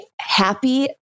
happy